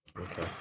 Okay